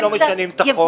למה אתם לא משנים את החוק?